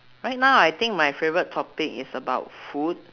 right now I think my favourite topic is about food